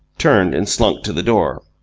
turned and slunk to the door.